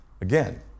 again